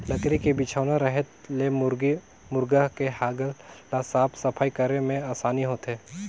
लकरी के बिछौना रहें ले मुरगी मुरगा के हगल ल साफ सफई करे में आसानी होथे